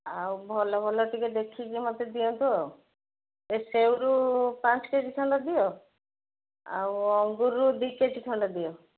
ଆଉ ଭଲ ଭଲ ଟିକେ ଦେଖିକି ମୋତେ ଦିଅନ୍ତୁ ଆଉ ଏ ସେଉରୁ ପାଞ୍ଚ କେଜି ଖଣ୍ଡେ ଦିଅ ଆଉ ଅଙ୍ଗୁରରୁ ଦୁଇ କେଜି ଖଣ୍ଡେ ଦିଅ